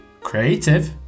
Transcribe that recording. creative